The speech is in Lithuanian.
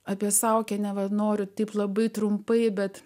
apie sakė neva noriu taip labai trumpai bet